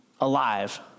alive